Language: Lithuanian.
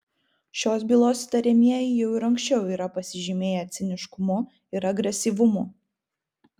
šios bylos įtariamieji jau ir anksčiau yra pasižymėję ciniškumu ir agresyvumu